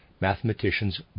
mathematicians